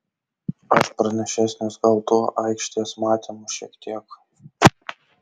aš pranašesnis gal tuo aikštės matymu šiek tiek